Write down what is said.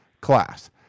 class